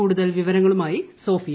കൂടുതൽ വിവരങ്ങളുമായി സോഫിയ